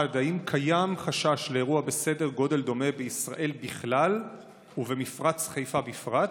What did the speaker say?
1. האם קיים חשש לאירוע בסדר גודל דומה בישראל בכלל ובמפרץ חיפה בפרט?